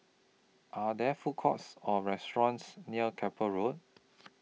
Are There Food Courts Or restaurants near Keppel Road